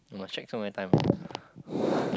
you must check so many times ah